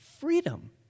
freedom